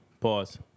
Pause